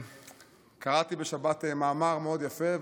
קראתי בשבת מאמר מאוד יפה,